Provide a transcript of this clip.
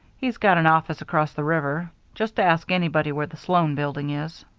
he's got an office across the river. just ask anybody where the sloan building is.